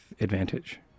advantage